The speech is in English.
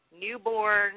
newborn